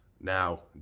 Now